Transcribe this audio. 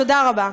תודה רבה.